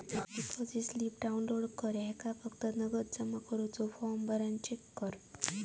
deposit slip download कर ह्येका फक्त नगद जमा करुचो फॉर्म भरान चेक कर